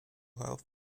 health